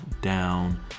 down